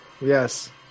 Yes